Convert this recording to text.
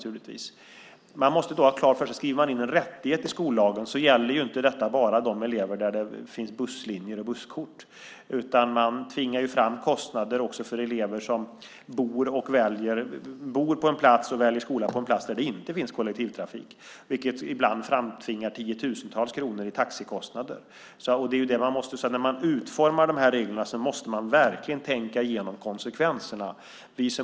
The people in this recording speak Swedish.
Men man måste ha klart för sig att om man skriver in en rättighet i skollagen så gäller inte en sådan rättighet bara de elever som bor där det finns busslinjer och busskort, utan man tvingar fram kostnader också för elever som bor och väljer skola på en plats där det inte finns kollektivtrafik. Detta framtvingar ibland tiotusentals kronor i taxikostnader. När man utformar dessa regler måste man alltså verkligen tänka igenom konsekvenserna.